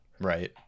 Right